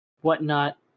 whatnot